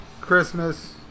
Christmas